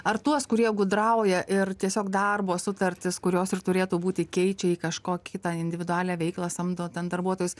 ar tuos kurie gudrauja ir tiesiog darbo sutartis kurios ir turėtų būti keičia į kažkokį tą individualią veiklą samdo ten darbuotojus